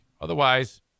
Otherwise